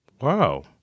Wow